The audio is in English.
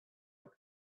out